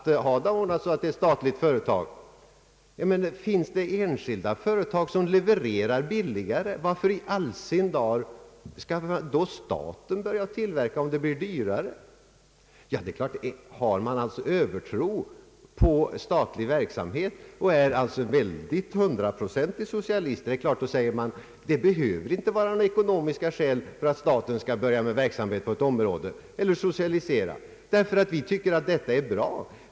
Om enskilda företag kan leverera billigare; varför i all sin dar skall då staten börja tillverka? Ja, har man övertro på statlig verksamhet och är hundraprocentig socialist anser man att det inte behöver finnas några ekonomiska skäl för att staten skall starta verksamhet på ett visst område eller socialisera, utan det räcker med att man tycker att det är bra.